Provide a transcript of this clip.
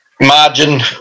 margin